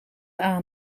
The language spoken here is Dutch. aan